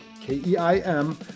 K-E-I-M